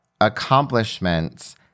accomplishments